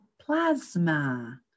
plasma